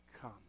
come